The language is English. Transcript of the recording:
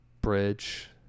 bridge